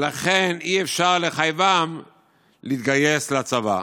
אי-אפשר לחייבם להתגייס לצבא.